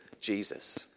Jesus